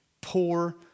poor